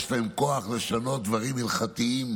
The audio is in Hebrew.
יש להם כוח לשנות דברים הלכתיים: